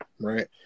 right